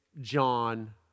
John